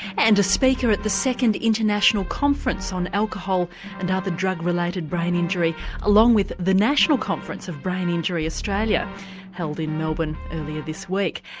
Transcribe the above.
and a speaker at the second international conference on alcohol and other drug related brain injury along with the national conference of brain injury australia held in melbourne earlier this week.